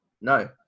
No